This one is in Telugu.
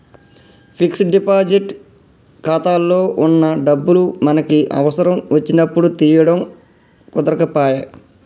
ఫిక్స్డ్ డిపాజిట్ ఖాతాలో వున్న డబ్బులు మనకి అవసరం వచ్చినప్పుడు తీయడం కుదరకపాయె